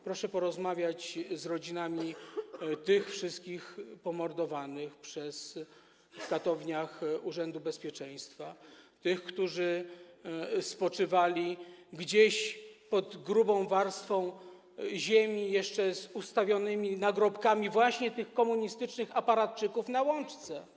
Proszę porozmawiać z rodzinami tych wszystkich pomordowanych w katowniach Urzędu Bezpieczeństwa, tych, którzy spoczywali gdzieś pod grubą warstwą ziemi i jeszcze ustawionymi nagrobkami właśnie tych komunistycznych aparatczyków na Łączce.